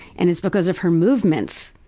and it's because of her movements.